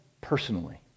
personally